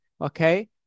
Okay